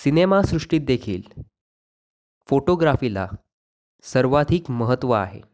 सिनेमासृष्टीत देखील फोटोग्राफीला सर्वाधिक महत्त्व आहे